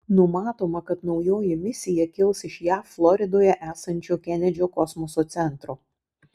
numatoma kad naujoji misija kils iš jav floridoje esančio kenedžio kosmoso centro